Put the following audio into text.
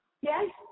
Yes